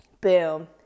boom